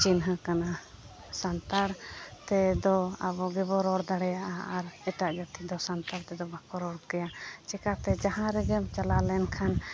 ᱪᱤᱱᱦᱟᱹ ᱠᱟᱱᱟ ᱥᱟᱱᱛᱟᱲᱛᱮᱫᱚ ᱟᱵᱚᱜᱮᱵᱚ ᱨᱚᱲ ᱫᱟᱲᱮᱭᱟᱜᱼᱟ ᱟᱨ ᱮᱴᱟᱜ ᱡᱟᱹᱛᱤᱫᱚ ᱥᱟᱱᱛᱟᱲᱛᱮᱫᱚ ᱵᱟᱠᱚ ᱨᱚᱲᱠᱮᱭᱟ ᱪᱤᱠᱟᱹᱛᱮ ᱡᱟᱦᱟᱸᱨᱮᱜᱮᱢ ᱪᱟᱞᱟᱣ ᱞᱮᱱᱠᱷᱟᱱ